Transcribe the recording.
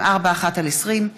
רוברט אילטוב ויוליה מלינובסקי,